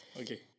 Okay